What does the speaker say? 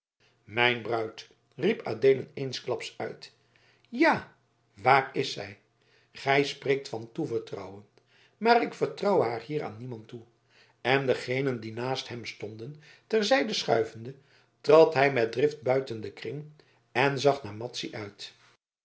mijn bruid riep adeelen eensklaps uit ja waar is zij gij spreekt van toevertrouwen maar ik vertrouw haar hier aan niemand toe en degenen die naast hem stonden ter zijde schuivende trad hij met drift buiten den kring en zag naar madzy uit